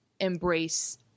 embrace